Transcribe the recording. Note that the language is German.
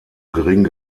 gering